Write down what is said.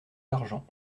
l’argent